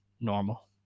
normal